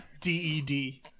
D-E-D